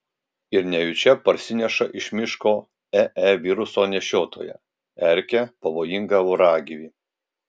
ir nejučia parsineša iš miško ee viruso nešiotoją erkę pavojingą voragyvį